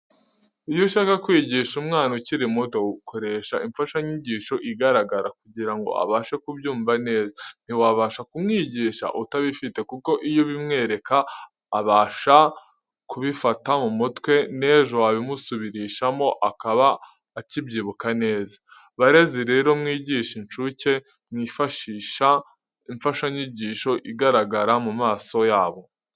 Iyu ushaka kwigisha umwana ukiri muto ukoresha imfashanyigisho igaragara kugira ngo abashe kubyumva neza, ntiwabasha kumwigisha utabifite kuko iyo ubimwereka abasha kubifata mu mutwe n'ejo wabimusubirishamo akaba akibyibuka neza. Barezi rero mwigishe incuke mwifashisha imfashanyigisho igaragara mu maso yabo.